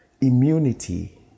immunity